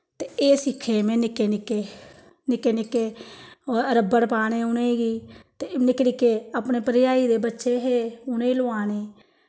एह् सिक्खे में निक्के निक्के निक्के निक्के रब्बड़ पाने उनें गी ते निक्के निक्के अपनी भरज़ाई दे बच्चे हे उनें लोआने